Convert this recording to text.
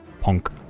punk